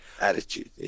attitude